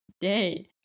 day